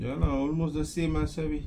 ya lah almost the same lah sia B